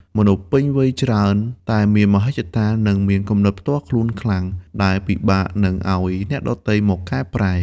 មនុស្សពេញវ័យច្រើនតែមានមហិច្ឆតា និងមានគំនិតផ្ទាល់ខ្លួនខ្លាំង ដែលពិបាកនឹងឱ្យអ្នកដទៃមកកែប្រែ។